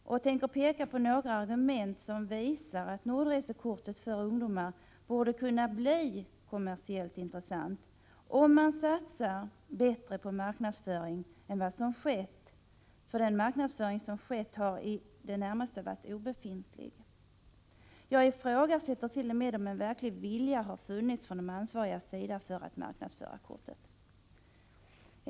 Jag tänker här peka på några argument som visar att Nordresekortet för ungdomar borde kunna bli kommersiellt intressant, om man satsade på bättre marknadsföring. Marknadsföringen har i det närmaste varit obefintlig. Jag ifrågasätter t.o.m. om någon verklig vilja har funnits från de ansvarigas sida för att marknadsföra kortet.